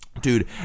Dude